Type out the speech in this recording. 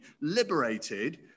liberated